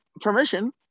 permission